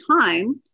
time